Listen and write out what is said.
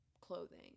clothing